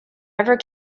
ever